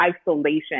isolation